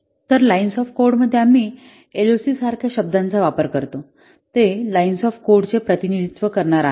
तर lines of code मध्ये आम्ही एलओसी सारख्या शब्दाचा वापर करतो ते लाईन्स ऑफ कोड चे प्रतिनिधित्व करणार आहोत